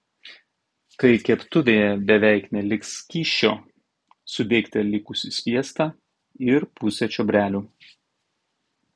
kai keptuvėje beveik neliks skysčio sudėkite likusį sviestą ir pusę čiobrelių